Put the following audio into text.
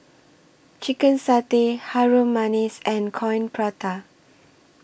Chicken Satay Harum Manis and Coin Prata